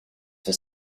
for